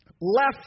left